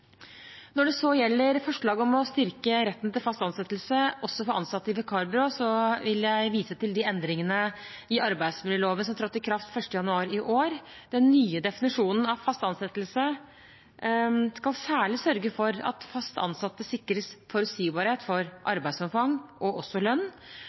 Når det gjelder forslaget om å «styrke retten til fast ansettelse, også for ansatte i vikarbyrå», vil jeg vise til de endringene i arbeidsmiljøloven som trådte i kraft 1. januar i år. Den nye definisjonen av fast ansettelse skal særlig sørge for at fast ansatte sikres forutsigbarhet for arbeidsomfang og lønn.